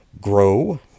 Grow